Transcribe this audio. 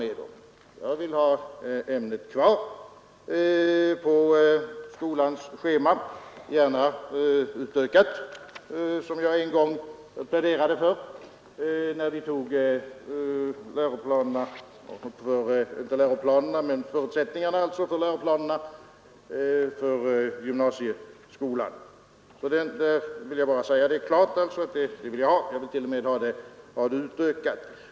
Det vill jag inte alls vara med om. Som jag en gång pläderade för när vi tog förutsättningarna för läroplanerna för gymnasieskolan vill jag ha ämnet kvar på skolans schema, gärna utökat.